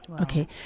okay